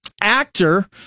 actor